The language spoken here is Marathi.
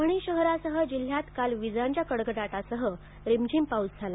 परभणी शहरासह जिल्ह्यात काल विजांच्या कटकडाटासह रिमझिम पाऊस झाला